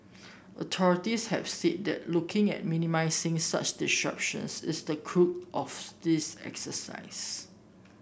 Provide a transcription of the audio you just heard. authorities have said that looking at minimising such disruptions is the crux of this exercise